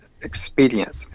expedience